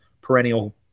perennial